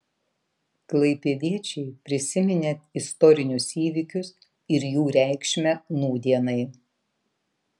klaipėdiečiai prisiminė istorinius įvykius ir jų reikšmę nūdienai